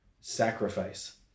sacrifice